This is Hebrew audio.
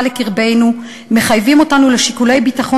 לקרבנו מחייבים אותנו לשיקולי ביטחון,